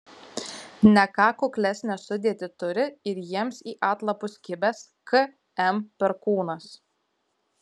ne ką kuklesnę sudėtį turi ir jiems į atlapus kibęs km perkūnas